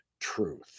truth